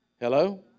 Hello